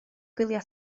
gwylio